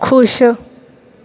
ਖੁਸ਼